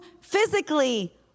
physically